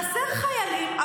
חסרים חיילים,